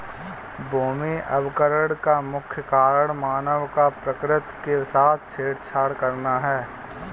भूमि अवकरण का मुख्य कारण मानव का प्रकृति के साथ छेड़छाड़ करना है